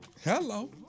Hello